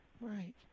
Right